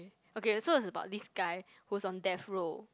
okay okay so it's about this guy who's on death row